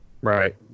Right